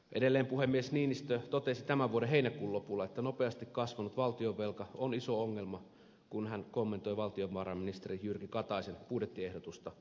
edelleen puhemies niinistö totesi tämän vuoden heinäkuun lopulla että nopeasti kasvanut valtionvelka on iso ongelma kun hän kommentoi valtiovarainministeri jyrki kataisen budjettiehdotusta